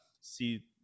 see